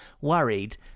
worried